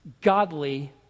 godly